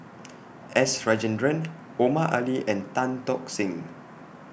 S Rajendran Omar Ali and Tan Tock Seng